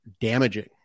damaging